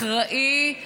אחראי.